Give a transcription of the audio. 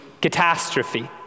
catastrophe